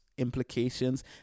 Implications